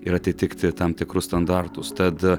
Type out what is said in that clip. ir atitikti tam tikrus standartus tad